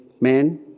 man